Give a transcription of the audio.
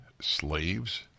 slaves